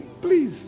Please